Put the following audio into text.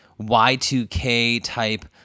Y2K-type